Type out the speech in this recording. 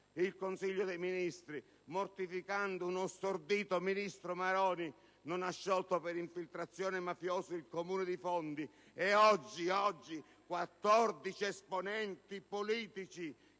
Il Consiglio dei ministri, mortificando uno stordito ministro Maroni, non ha sciolto per infiltrazione mafiosa il Comune di Fondi e oggi 14 esponenti politici